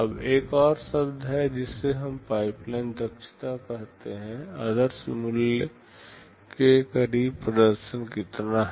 अब एक और शब्द है जिसे हम पाइपलाइन दक्षता कहते हैं आदर्श मूल्य के करीब प्रदर्शन कितना है